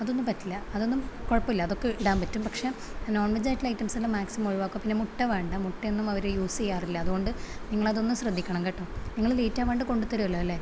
അതൊന്നും പറ്റില്ല അതൊന്നും കുഴപ്പമില്ല അതൊക്കെ ഇടാൻ പറ്റും പക്ഷെ നോൺ വെജ് ആയിട്ടുള്ള ഐറ്റംസെല്ലാം മാക്സിമം ഒഴിവാക്കുക പിന്നെ മുട്ട വേണ്ട മുട്ടെയൊന്നും അവര് യൂസ് ചെയ്യാറില്ല അതുകൊണ്ട് നിങ്ങളതൊന്ന് ശ്രദ്ധിക്കണം കേട്ടോ നിങ്ങള് ലേറ്റ് ആകാണ്ടു കൊണ്ട് തരുമല്ലോ അല്ലേ